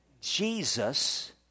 Jesus